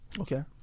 Okay